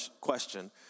question